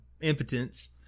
impotence